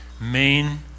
main